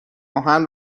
آهن